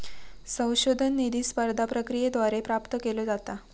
संशोधन निधी स्पर्धा प्रक्रियेद्वारे प्राप्त केलो जाता